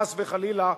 חס וחלילה,